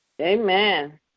Amen